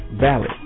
Valid